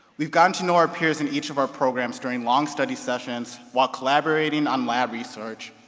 we've gotten to know our peers in each of our programs during long study sessions, while collaborating on lab research,